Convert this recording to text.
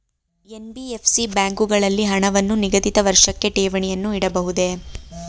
NBFC ಬ್ಯಾಂಕುಗಳಲ್ಲಿ ಹಣವನ್ನು ನಿಗದಿತ ವರ್ಷಕ್ಕೆ ಠೇವಣಿಯನ್ನು ಇಡಬಹುದೇ?